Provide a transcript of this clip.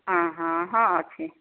ହଁ ହଁ ହଁ ଅଛି